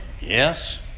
Yes